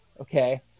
Okay